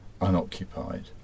unoccupied